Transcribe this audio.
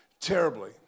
terribly